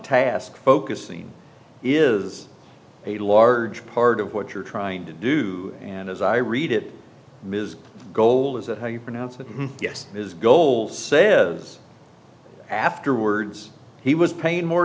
task focusing is a large part of what you're trying to do and as i read it ms goal is that how you pronounce that yes his goal say is afterwards he was paying more